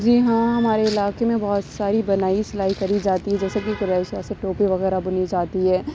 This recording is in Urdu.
جی ہاں ہمارے علاقے میں بہت ساری بنائی سلائی کری جاتی ہے جیسے کہ کروسیا سے ٹوپی وغیرہ بنی جاتی ہے